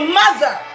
mother